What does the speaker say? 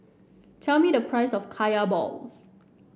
tell me the price of Kaya Balls